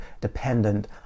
dependent